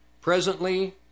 Presently